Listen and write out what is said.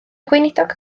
gweinidog